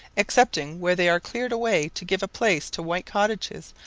excepting where they are cleared away to give place to white cottages,